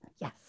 Yes